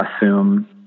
assume